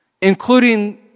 Including